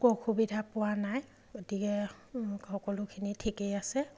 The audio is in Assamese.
একো অসুবিধা পোৱা নাই গতিকে সকলোখিনি ঠিকেই আছে